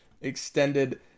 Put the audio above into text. extended